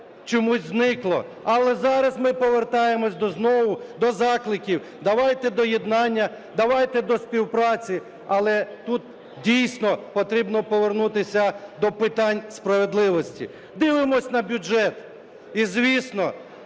чомусь зникло. Але зараз ми повертаємося знову до закликів: давайте до єднання, давайте до співпраці. Але тут дійсно потрібно повернутися до питань справедливості. Дивимося на бюджет, і, звісно,